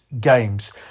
games